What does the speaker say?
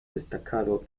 destacado